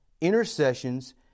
intercessions